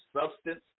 substance